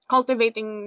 Cultivating